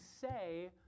say